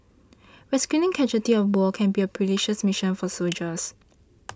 rescuing casualties of war can be a perilous mission for soldiers